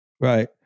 right